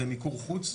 זה מיקור חוץ.